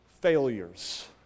failures